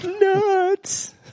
Nuts